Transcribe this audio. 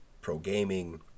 pro-gaming